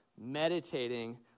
meditating